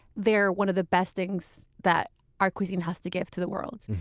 they're one of the best things that our cuisine has to give to the world.